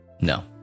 no